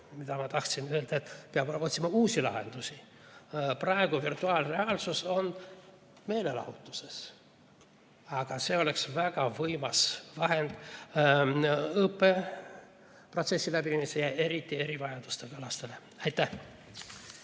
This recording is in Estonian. ma tahtsin öelda, et peab otsima uusi lahendusi. Praegu on virtuaalreaalsus meelelahutuses, aga see oleks väga võimas vahend õppeprotsessi läbiviimisel ja eriti erivajadustega lastele. Aitäh!